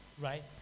right